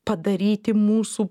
padaryti mūsų